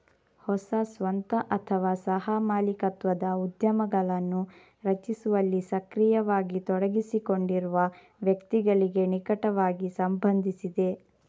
ಹೊಸ ಸ್ವಂತ ಅಥವಾ ಸಹ ಮಾಲೀಕತ್ವದ ಉದ್ಯಮಗಳನ್ನು ರಚಿಸುವಲ್ಲಿ ಸಕ್ರಿಯವಾಗಿ ತೊಡಗಿಸಿಕೊಂಡಿರುವ ವ್ಯಕ್ತಿಗಳಿಗೆ ನಿಕಟವಾಗಿ ಸಂಬಂಧಿಸಿದೆ